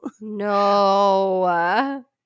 no